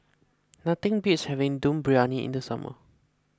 nothing beats having Dum Briyani in the summer